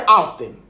often